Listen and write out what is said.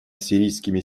сирийскими